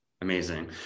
Amazing